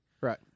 Right